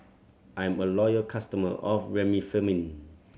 I'm a loyal customer of Remifemin